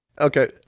Okay